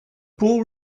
pool